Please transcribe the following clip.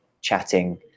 chatting